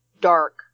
dark